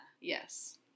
Yes